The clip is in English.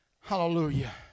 hallelujah